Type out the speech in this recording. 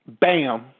Bam